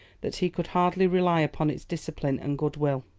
that he could hardly rely upon its discipline and good will.